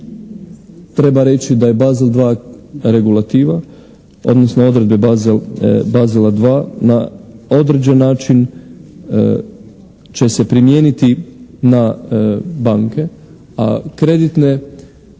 treba reći da je bazel 2 regulativa odnosno odredbe bazela 2 na određen način će se primijeniti na banke a kreditne